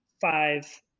five